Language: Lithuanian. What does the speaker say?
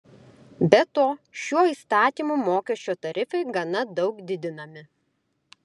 be to šiuo įstatymu mokesčio tarifai gana daug didinami